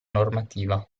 normativa